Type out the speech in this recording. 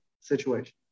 situation